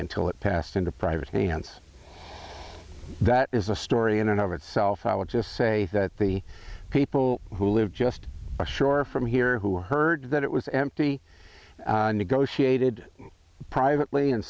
until it passed into private hands that is a story in and of itself i would just say that the people who live just a short from here who heard that it was empty negotiated privately